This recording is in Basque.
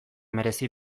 merezi